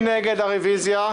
מי נגד הרוויזיה?